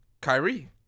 Kyrie